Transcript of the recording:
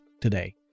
today